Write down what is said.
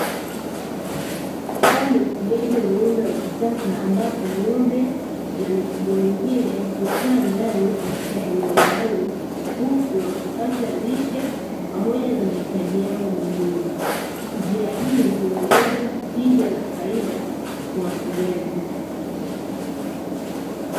Huu ni ufugaji wa ng'ombe wa kisasa ambapo ng'ombe na mifugo mingine hukua ndani katika eneo maalumu wakipata lishe pamoja na mahitaji yao muhimu, njia hii huongeza tija na faida kwa wafugaji.